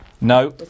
no